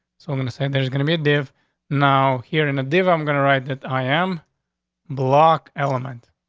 so i'm gonna say there's gonna be a live now here in the david. i'm gonna write that i am block element.